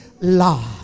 law